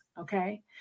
Okay